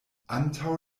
antaŭ